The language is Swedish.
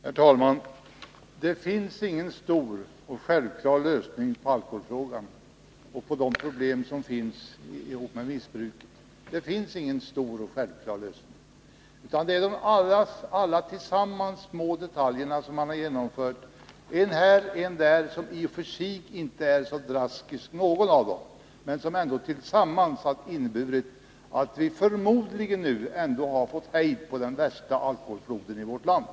Herr talman! Det finns ingen stor och självklar lösning på alkoholfrågan och de problem som hänger samman med missbruket. Det finns ingen stor och självklar lösning, utan det är de små detaljerna som i och för sig inte är så drastiska men som ändå tillsammans har inneburit att vi förmodligen nu fått hejd på den värsta alkoholfloden i vårt land.